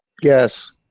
Yes